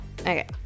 okay